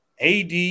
AD